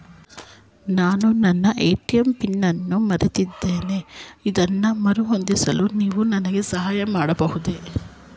ನಾನು ನನ್ನ ATM PIN ಅನ್ನು ಮರೆತಿದ್ದೇನೆ ಅದನ್ನು ಮರುಹೊಂದಿಸಲು ನೀವು ನನಗೆ ಸಹಾಯ ಮಾಡಬಹುದೇ?